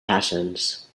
patterns